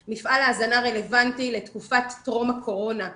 אנחנו רואים שמפעל ההזנה של משרד החינוך לא